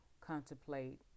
contemplate